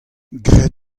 grit